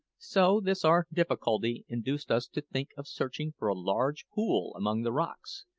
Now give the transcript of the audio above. so this our difficulty induced us to think of searching for a large pool among the rocks,